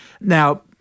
Now